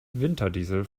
winterdiesel